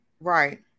Right